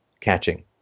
catching